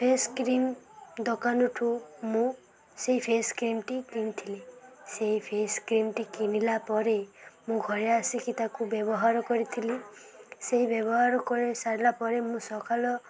face cream ଦୋକାନଠୁ ମୁଁ ସେଇ ଫେସ୍ କ୍ରିମ୍ଟି କିଣିଥିଲି ସେଇ ଫେସ୍ କ୍ରିମ୍ଟି କିଣିଲା ପରେ ମୁଁ ଘରେ ଆସିକି ତାକୁ ବ୍ୟବହାର କରିଥିଲି ସେଇ ବ୍ୟବହାର କରି ସାରିଲା ପରେ ମୁଁ ସକାଳ